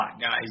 guys